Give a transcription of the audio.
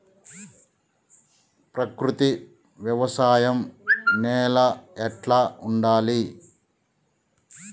ప్రకృతి వ్యవసాయం నేల ఎట్లా ఉండాలి?